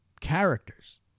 characters